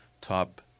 top